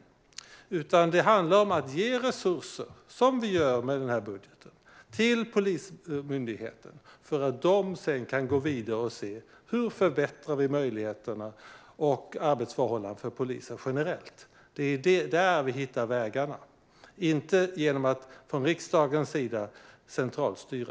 Det handlar i stället om att ge resurser till Polismyndigheten, vilket vi gör i denna budget, så att den sedan kan gå vidare och titta på hur man förbättrar möjligheterna och arbetsförhållandena för polisen generellt sett. Så hittar vi vägarna, inte genom att från riksdagens sida centralstyra.